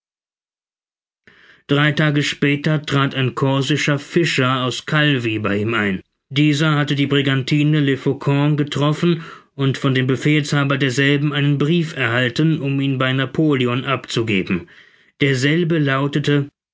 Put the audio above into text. drei tage später trat ein korsischer fischer aus calvi bei ihm ein dieser hatte die brigantine le faucon getroffen und von dem befehlshaber derselben einen brief erhalten um ihn bei napoleon abzugeben derselbe lautete